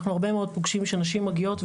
אנחנו הרבה מאוד פוגשים שנשים מגיעות,